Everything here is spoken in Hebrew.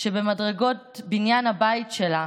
שבמדרגות בניין הבית שלה